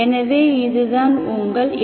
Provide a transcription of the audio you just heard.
எனவே இதுதான் உங்கள் எ